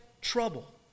trouble